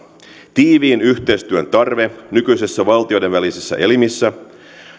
tiiviin yhteistyön tarve nykyisissä valtioiden välissä elimissä